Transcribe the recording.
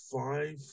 five